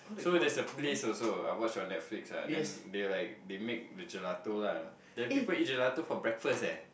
so that's a place also I watch on Netflix ah then they like they made the gelato lah then people eat gelato for breakfast leh